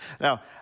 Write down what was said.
Now